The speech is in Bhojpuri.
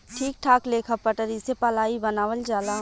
ठीक ठाक लेखा पटरी से पलाइ बनावल जाला